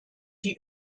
die